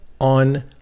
on